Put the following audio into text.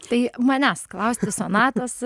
tai manęs klausti sonatos